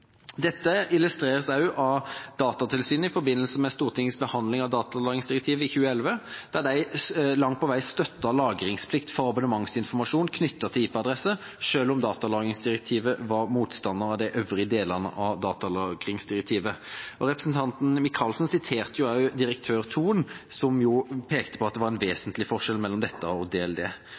Dette ble også illustrert av Datatilsynet i forbindelse med Stortingets behandling av datalagringsdirektivet i 2011, der de langt på vei støttet lagringsplikt for abonnementsinformasjon knyttet til IP-adresser, selv om Datatilsynet var motstander av de øvrige delene av datalagringsdirektivet. Representanten Michaelsen siterte også direktøren i Datatilsynet, Thon, som pekte på at det var en vesentlig forskjell mellom dette og DLD.